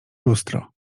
lustro